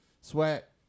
sweat